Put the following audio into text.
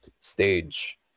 stage